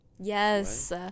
Yes